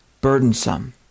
burdensome